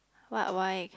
what why